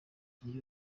new